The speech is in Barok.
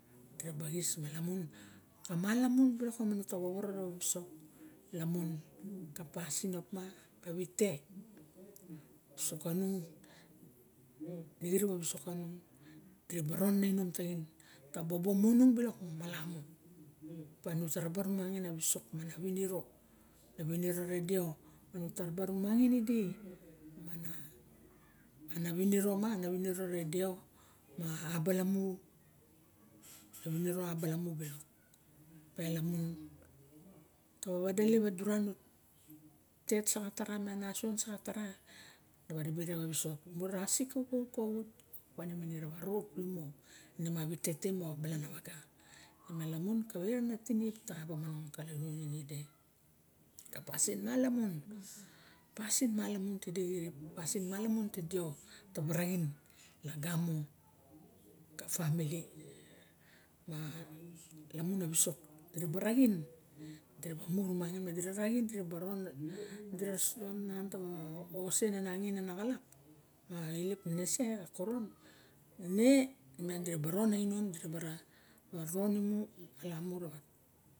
Dira bu xis ma lamun tawoworo nava wisok lamun ka pasin opa xa wite wisok kanung dixirip a wisok kanung diraba ron ana inom laxin ka bobo munung silok malamu opa nusa raba runangin a wisok mana winiro na winiro re deo tara ba rumangin idi mana winiro ma na winiro re deo ma abalamu a ra winiro abala mu bilok miang lamun ta ba wadelp silok a tet saxatara ma nasion saxatara tarive rawa wisok mura sip kuxut moxa wa ine moxa rop lumo ine ma wite te moxa balana waga malam kawe re tirip taxa ba monong ka laluonim ide a pasin malamun pasim malamun tide xirip a pasin mala a wisok diravva raxin dira ba murumangin me dira raxin dira ba ron ana tawa ongasen nungin ara xalap ma ilep nenese xa koron ne ma dira a ron a inom bara ron imu malamu rawa